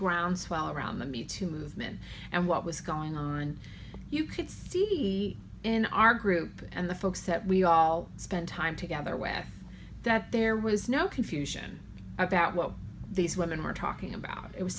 groundswell around the me too movement and what was going on you could see in our group and the folks that we all spent time together with that there was no confusion about what these women were talking about it was